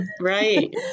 right